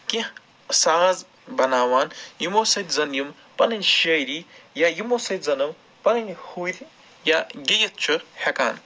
کیٚنہہ ساز بَناوان یِمو سۭتۍ زَن یِم پَنٕنۍ شٲعری یا یِمو سۭتۍ زَن یِم پَنٕنۍ ہُرۍ یا گٮ۪وِتھ چھُ ہٮ۪کان